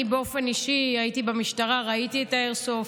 אני באופן אישי הייתי במשטרה, ראיתי את האיירסופט.